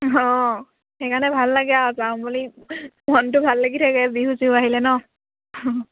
অঁ সেইকাৰণে ভাল লাগে আৰু যাম বুলি মনটো ভাল লাগি থাকে বিহু চিহু আহিলে নহ্